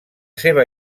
seva